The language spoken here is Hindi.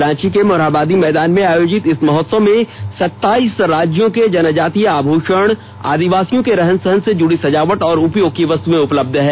रांची के मोरहाबादी मैदान में आयोजित इस महोत्सव में सत्ताईस राज्यों के जनजातीय आभूषण आदिवासियों के रहन सहन से जुड़ी सजावट और उपयोग की वस्तुएं उपलब्ध हैं